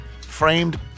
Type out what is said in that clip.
Framed